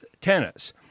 tennis